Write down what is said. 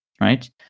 Right